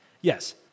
Yes